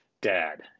dad